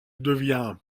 devient